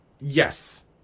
yes